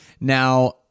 Now